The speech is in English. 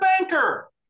banker